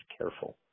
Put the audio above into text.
careful